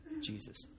Jesus